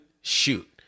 shoot